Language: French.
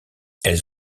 elles